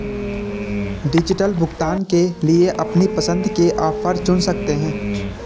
digital भुगतान के लिए अपनी पसंद के ऑफर चुन सकते है